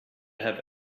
have